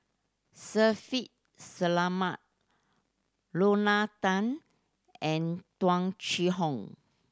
Shaffiq Selamat Lorna Tan and Tung Chye Hong